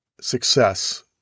success